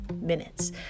minutes